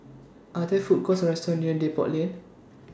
Are There Food Courts Or restaurants near Depot Lane